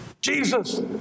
Jesus